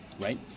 right